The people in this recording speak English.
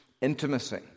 intimacy